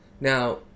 Now